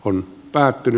on päätetty